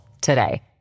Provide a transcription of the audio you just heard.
today